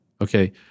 Okay